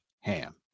ham